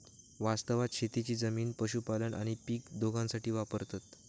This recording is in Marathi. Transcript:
वास्तवात शेतीची जमीन पशुपालन आणि पीक दोघांसाठी वापरतत